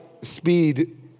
speed